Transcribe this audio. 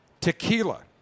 Tequila